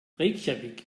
reykjavík